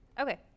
Okay